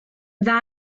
dda